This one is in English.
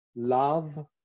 Love